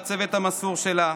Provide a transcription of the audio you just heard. והצוות המסור שלה,